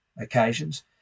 occasions